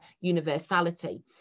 universality